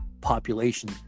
population